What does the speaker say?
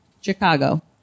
Chicago